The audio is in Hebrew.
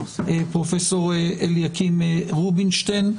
פרופ' אליקים רובינשטיין.